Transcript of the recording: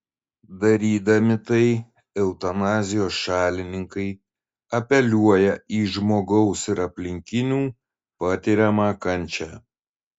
darydami tai eutanazijos šalininkai apeliuoja į žmogaus ir aplinkinių patiriamą kančią